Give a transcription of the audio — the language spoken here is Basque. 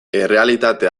errealitate